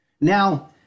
Now